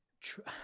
try